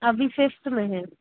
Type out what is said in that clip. अभी फिफ्थ में है